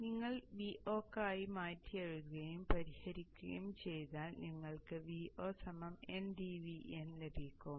അതിനാൽ നിങ്ങൾ Vo യ്ക്കായി മാറ്റിയെഴുതുകയും പരിഹരിക്കുകയും ചെയ്താൽ നിങ്ങൾക്ക് Vo ndVin ലഭിക്കും